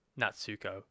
Natsuko